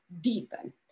deepen